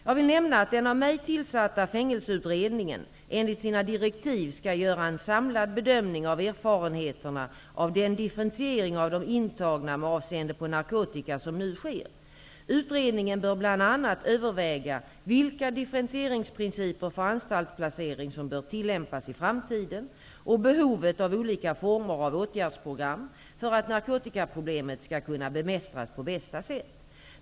Jag vill nämna att den av mig tillsatta Fängelseutredningen enligt sina direktiv skall göra en samlad bedömning av erfarenheterna av den differentiering av de intagna med avseende på narkotika som nu sker. Utredningen bör bl.a. överväga vilka differentieringsprinicper för anstaltsplacering som bör tillämpas i framtiden och behovet av olika former av åtgärdsprogram för att narkotikaproblemet skall kunna bemästras på bästa sätt.